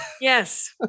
yes